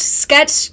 sketch